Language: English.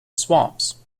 swamps